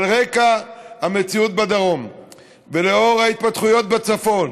על רקע המציאות בדרום ולאור ההתפתחויות בצפון